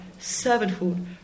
servanthood